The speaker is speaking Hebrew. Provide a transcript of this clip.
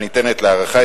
הניתנת להארכה,